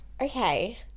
Okay